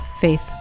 faith